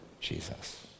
Jesus